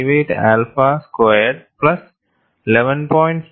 58 alpha squared plus 11